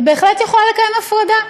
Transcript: היא בהחלט יכולה לקיים הפרדה.